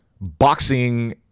boxing